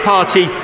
Party